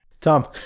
Tom